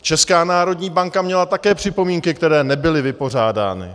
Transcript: Česká národní banka měla také připomínky, které nebyly vypořádány.